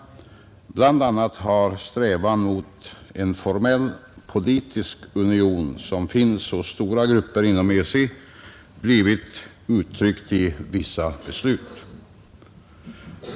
Bl. a. har den strävan mot en formell politisk union, som finns hos stora grupper inom EEC, tagit sig uttryck i vissa beslut.